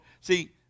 See